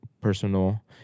personal